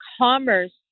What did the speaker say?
Commerce